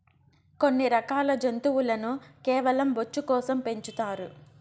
కొన్ని రకాల జంతువులను కేవలం బొచ్చు కోసం పెంచుతారు